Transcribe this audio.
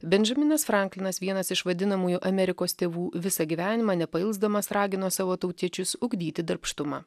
benžaminas franklinas vienas iš vadinamųjų amerikos tėvų visą gyvenimą nepailsdamas ragino savo tautiečius ugdyti darbštumą